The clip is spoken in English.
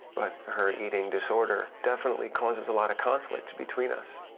but her eating disorder definitely causes a lot of conflict between us.